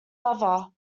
lover